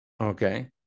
Okay